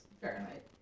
Fahrenheit